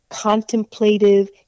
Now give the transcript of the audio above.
contemplative